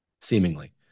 seemingly